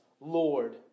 Lord